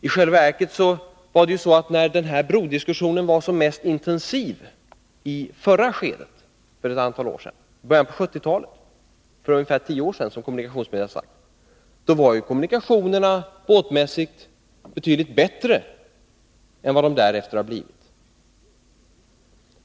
I själva verket var det så att när den här brodiskussionen var som mest intensiv i förra skedet för ett antal år sedan i början av 1970-talet — för ungefär 10 år sedan, enligt kommunikationsministern — var kommunikationerna båtmässigt betydligt bättre än vad de därefter har blivit.